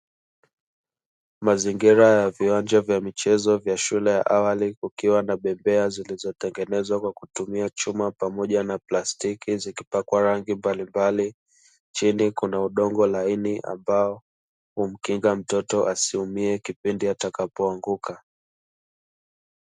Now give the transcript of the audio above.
Mazingira ya viwanja vya michezo vya shule ya awali kukiwa na bembea zilizotengenezwa kwa kutumia chuma pamoja na plastiki zikipakwa rangi mbalimbali, chini kuna udongo laini ambao humkinga mtoto asiumie kipindi atakapoanguka.